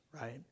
right